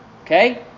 okay